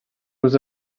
was